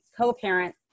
co-parent